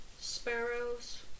Sparrows